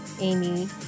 Amy